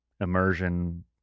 immersion